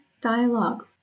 dialogue